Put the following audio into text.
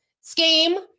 scheme